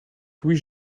louis